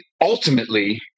ultimately